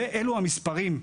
אלו המספרים.